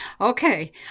Okay